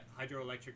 hydroelectric